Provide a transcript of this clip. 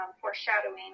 foreshadowing